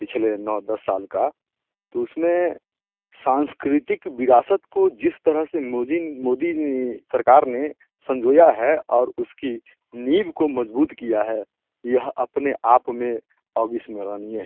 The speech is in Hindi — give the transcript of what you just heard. पिछले नौ दस साल का तो उसमें सांस्कृतिक विरासत को जिस तरह से मोजीन मोदी ने सरकार ने संजोया है और उसकी नींव को मज़बूत किया है यह अपने आप में अविस्मरणीय है